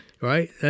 Right